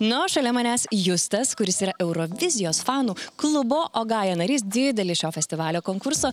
nors šalia manęs justas kuris yra eurovizijos fanų klubo ogaja narys didelis šio festivalio konkurso